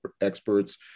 experts